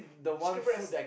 chicken breast